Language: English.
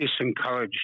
disencouraged